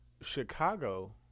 chicago